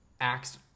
acts